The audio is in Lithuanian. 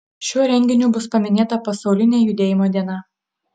šiuo renginiu bus paminėta pasaulinė judėjimo diena